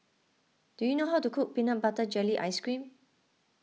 do you know how to cook Peanut Butter Jelly Ice Cream